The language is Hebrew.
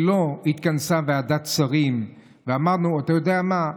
כשלא התכנסה ועדת שרים, ואמרנו: אתה יודע מה?